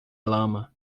lama